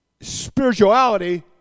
spirituality